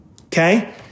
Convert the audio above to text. Okay